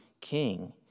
king